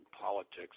politics